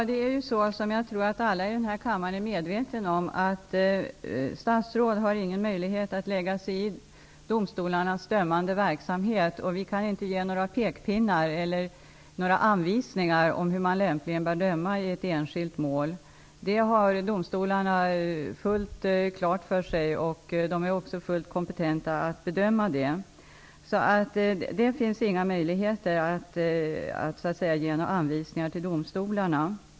Herr talman! Jag tror att alla i den här kammaren är medvetna om att statsråd inte har någon möjlighet att lägga sig i domstolarnas dömande verksamhet. Vi kan inte ge några pekpinnar eller några anvisningar om hur domstolarna lämpligen bör döma i ett enskilt mål. Detta har domstolarna fullt klart för sig, och de är också fullt kompetenta att döma i olika mål.